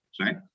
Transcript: right